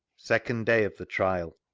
second day of the trial.